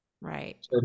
Right